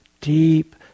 deep